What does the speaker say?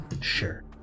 sure